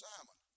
Simon